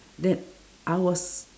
then I was